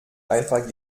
einfach